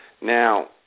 Now